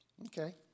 Okay